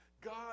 God